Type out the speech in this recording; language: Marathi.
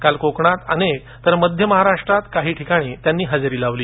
काल कोकणात अनेक तर मध्य महाराष्ट्रात काही ठिकाणी त्यांनी हजेरी लावली